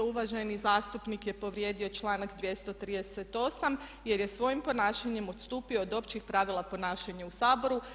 Uvaženi zastupnik je povrijedio članak 238. jer je svojim ponašanjem odstupio od općih pravila ponašanja u saboru.